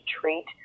treat